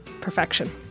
Perfection